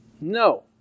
No